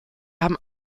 haben